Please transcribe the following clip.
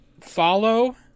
Follow